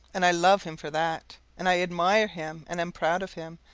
and i love him for that, and i admire him and am proud of him,